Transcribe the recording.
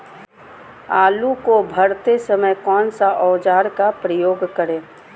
आलू को भरते समय कौन सा औजार का प्रयोग करें?